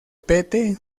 pete